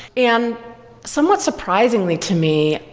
and somewhat surprisingly to me,